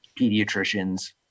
pediatricians